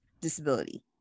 disability